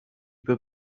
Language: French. peut